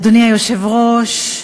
אדוני היושב-ראש,